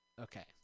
Okay